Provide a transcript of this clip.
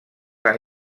han